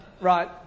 Right